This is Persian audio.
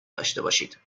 داشتید